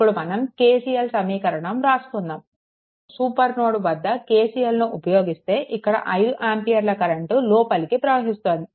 ఇప్పుడు మనం KCL సమీకరణం వ్రాసుకుందాము సూపర్ నోడ్ వద్ద KCL ఉపయోగిస్తే ఇక్కడ 5 ఆంపియర్ల కరెంట్ లోపలికి ప్రవహిస్తోంది